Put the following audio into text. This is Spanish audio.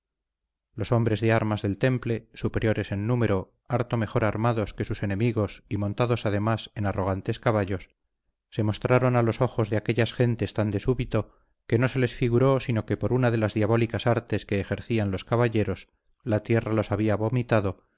los hombres de armas del temple superiores en número harto mejor armados que sus enemigos y montados además en arrogantes caballos se mostraron a los ojos de aquellas gentes tan de súbito que no se les figuró sino que por una de las diabólicas artes que ejercían los caballeros la tierra los había vomitado